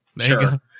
sure